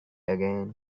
again